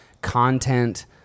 content